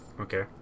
Okay